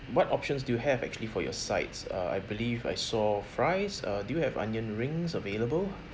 what options do you have actually for your sides uh I believe I saw fries uh do you have onion rings available